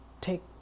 take